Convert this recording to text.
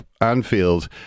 Anfield